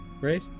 right